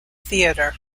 theatre